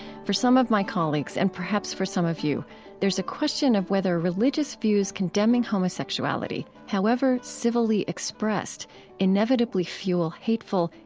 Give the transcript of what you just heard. for some of my colleagues and perhaps for some of you there is a question of whether religious views condemning homosexuality however civilly expressed inevitably fuel hateful,